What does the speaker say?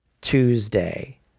Tuesday